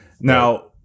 Now